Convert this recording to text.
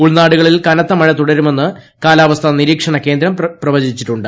ഉൾനാടുകളിൽ കനത്ത മഴ തുടരുമെന്ന് കാലാവസ്ഥാ നിരീക്ഷണ കേന്ദ്രം പ്രവചിച്ചിട്ടുണ്ട്